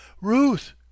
Ruth